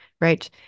right